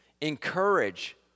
encourage